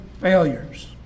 failures